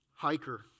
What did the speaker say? hiker